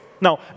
Now